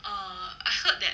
err I heard that